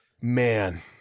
Man